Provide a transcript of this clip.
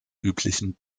üblichen